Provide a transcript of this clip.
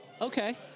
Okay